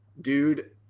Dude